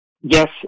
Yes